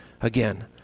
again